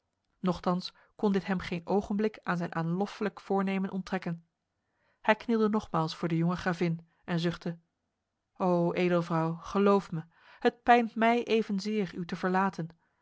nochtans kon dit hem geen ogenblik aan zijn aanloffelijk voornemen onttrekken hij knielde nogmaals voor de jonge gravin en zuchtte o edelvrouw geloof mij het pijnt mij evenzeer u te verlaten